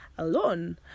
alone